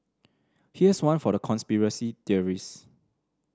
here's one for the conspiracy theorist